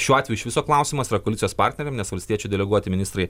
šiuo atveju iš viso klausimas yra koalicijos partneriam nes valstiečių deleguoti ministrai